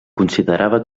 considerava